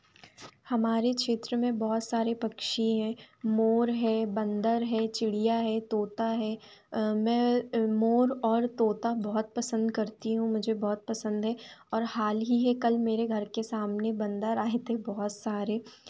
हमारे क्षेत्र में बहुत सारे पक्षी हैं मोर है बंदर है चिड़िया है तोता है मैं मोर और तोता बहुत पसंद करती हूँ मुझे बहुत पसंद है और हाल ही है कल मेरे घर के सामने बंदर आए थे बहुत सारे